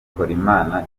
bikorimana